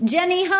Jenny